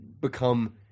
become